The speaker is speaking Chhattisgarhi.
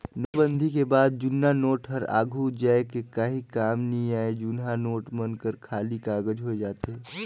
नोटबंदी के बाद जुन्ना नोट हर आघु जाए के काहीं काम नी आए जुनहा नोट मन हर खाली कागज होए जाथे